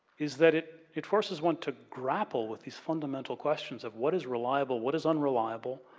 is that it it forces one to grapple with these fundamental questions of what is reliable, what is unreliable?